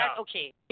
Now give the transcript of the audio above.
Okay